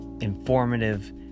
informative